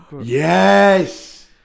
Yes